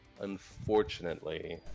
unfortunately